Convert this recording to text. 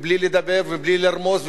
בלי לדבר ובלי לרמוז,